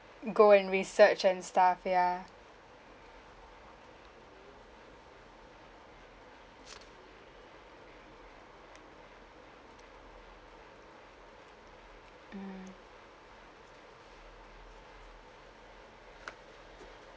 go and research and stuff ya mm